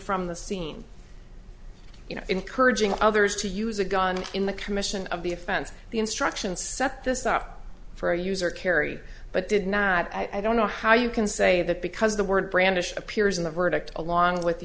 from the scene you know encouraging others to use a gun in the commission of the offense the instruction set this up for a user carry but did not i don't know how you can say that because the word brandished appears in the verdict along with the